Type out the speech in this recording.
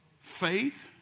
Faith